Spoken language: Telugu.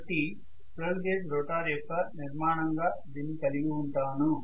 కాబట్టి స్క్విరెల్ కేజ్ రోటర్ యొక్క నిర్మాణంగా దీన్ని కలిగి ఉంటాను